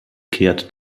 kehrt